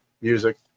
music